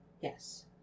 Yes